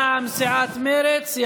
מטעם סיעת מרצ.